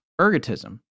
ergotism